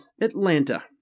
Atlanta